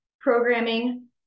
programming